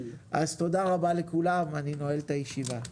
אז תודה רבה לכולם, אני נועל את הישיבה.